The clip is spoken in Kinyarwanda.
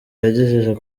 yagejeje